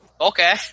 Okay